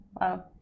Wow